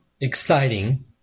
exciting